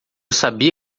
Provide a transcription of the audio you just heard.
sabia